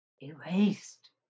erased